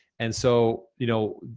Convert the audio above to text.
and so you know,